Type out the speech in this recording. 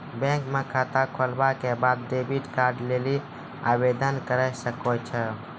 bank म खाता खोलला के बाद डेबिट कार्ड लेली आवेदन करै सकै छौ